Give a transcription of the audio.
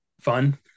fun